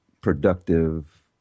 productive